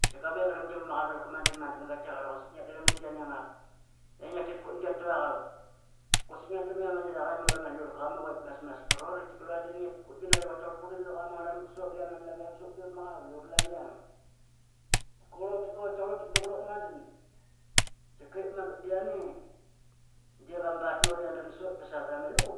Qatika niengramgi vama qavalka madan madan i quasik i ngiadlam man gianing aqa. I ngiatit qut giatuaqap quasik ngiadran i ama niraqa i ngri ama slurka qamuqa ip masmas prot qatika lua de nani ngiatit qutginarep i qatiqar qureliama malavian sot pamaqaval uralavian qatitka qurotpuk i qatitka utitduqurot madan qatikep i yani dep ama bartanot i ya dransot savaramaluqup.